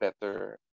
better